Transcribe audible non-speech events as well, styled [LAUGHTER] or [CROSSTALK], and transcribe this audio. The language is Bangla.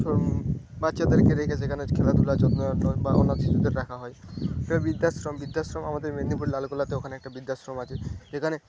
বাচ্চাদেরকে রেখে সেখানে খেলাধূলা যত্ন [UNINTELLIGIBLE] বা অনাথ শিশুদের রাখা হয় বৃদ্ধাশ্রম বৃদ্ধাশ্রম আমাদের মেদনীপুর লালগোলাতে ওখানে একটা বৃদ্ধাশ্রম আছে যেখানে